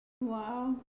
Wow